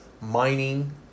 Mining